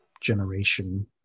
generation